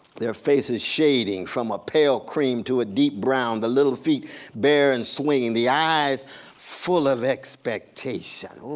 their faces shading from a pale cream to a deep brown, the little feet bare and swinging, the eyes full of expectation.